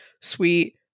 sweet